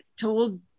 told